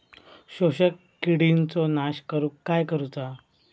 शोषक किडींचो नाश करूक काय करुचा?